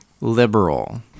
liberal